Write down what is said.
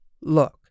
Look